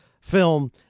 film